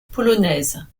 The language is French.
polonaise